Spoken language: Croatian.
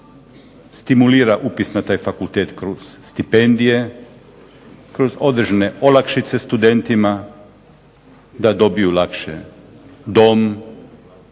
stimulira upis na taj fakultet kroz stipendije, kroz određene olakšice studentima da dobiju lakše dom,